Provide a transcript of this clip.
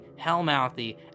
Hellmouthy